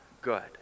good